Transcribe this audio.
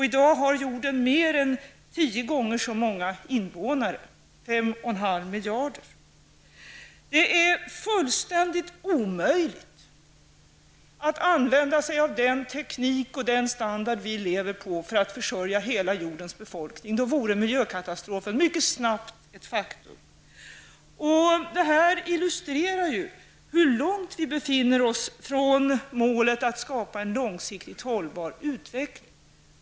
I dag har jorden mer än tio gånger så många invånare, dvs, 5,5 Det är fullständigt omöjligt att använda sig av den teknik och den standard vi lever på för att försörja hela jordens befolkning. Då vore miljökatastrofen mycket snabbt ett faktum. Det här illustrerar ju hur långt vi befinner oss från målet att skapa en långsiktigt hållbar utveckling.